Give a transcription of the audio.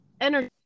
energy